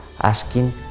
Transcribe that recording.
asking